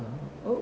(uh huh)